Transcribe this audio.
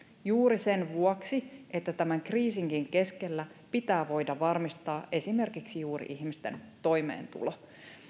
juuri sen vuoksi että tämän kriisinkin keskellä pitää voida varmistaa esimerkiksi juuri ihmisten toimeentulo